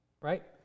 right